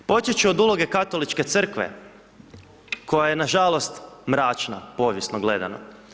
Počet ću od uloge Katoličke crkve koja je na žalost mračna, povijesno gledano.